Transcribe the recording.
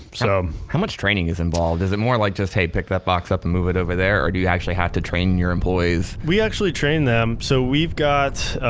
so how much training is involved? is it more like just, hey, pick that box up and move it over there, or do you actually have to train your employees? we actually train them. so, we've got,